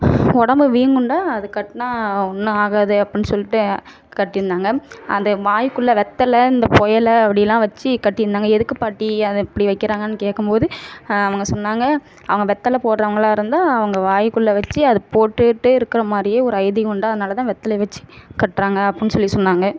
உடம்பு வீங்கும்லை அது கட்டினா ஒன்றும் ஆகாது அப்படின்னு சொல்லிட்டு கட்டியிருந்தாங்க அதை வாய்க்குள்ளே வெத்தலை இந்த பொயலை அப்படில்லாம் வச்சு கட்டியிருந்தாங்க எதுக்கு பாட்டி அதை இப்படி வைக்கிறாங்க அப்படின்னு கேட்கும்போது அவங்க சொன்னாங்க அவங்க வெத்தலை போடறவங்களா இருந்தால் அவங்க வாய்க்குள்ளே வச்சு அது போட்டுகிட்டு இருக்கிற மாதிரியே ஒரு ஐதீகம் உண்டு அதனால்தான் வெத்தலைய வச்சு கட்டுறாங்க அப்படின்னு சொல்லி சொன்னாங்க